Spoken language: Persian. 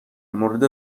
مورد